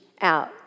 out